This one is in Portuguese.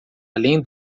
além